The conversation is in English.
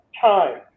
time